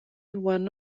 one